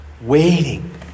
Waiting